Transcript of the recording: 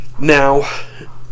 Now